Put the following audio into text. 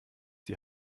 die